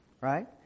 right